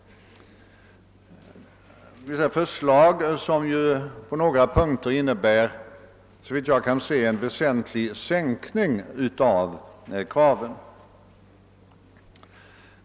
Detta förslag innebär, såvitt jag kan se, på några punkter en väsentlig sänkning av kraven.